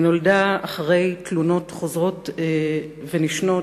היא נולדה אחרי תלונות חוזרות ונשנות,